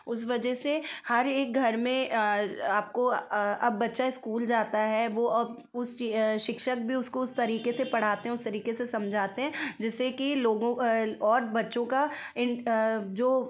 उस वजह से हर एक घर में आपको अब बच्चा इस्कूल जाता है वह अब उस की शिक्षक भी उसको उस तरीके पढ़ाते हैं उस तरीके से समझाते हैं जैसे कि लोगों और बच्चों का इन जो